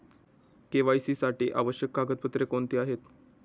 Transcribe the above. KYC साठी आवश्यक कागदपत्रे कोणती आहेत?